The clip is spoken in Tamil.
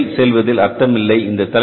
இதற்கு மேலும் செல்வதில் அர்த்தம் இல்லை